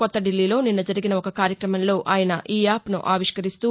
కొత్త దిల్లీలో నిన్న జరిగిన ఒక కార్యక్రమంలో ఆయన ఈ యాప్ను ఆవిష్కరిస్తూ